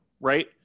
right